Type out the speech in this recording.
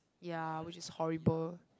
ya which is horrible